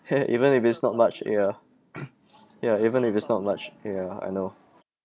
!hey! even if it's not much ya ya even if it's not much ya I know